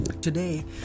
today